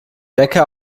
wecker